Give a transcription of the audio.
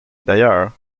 d’ailleurs